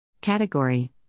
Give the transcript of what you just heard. Category